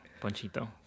Ponchito